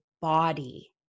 body